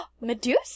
Medusa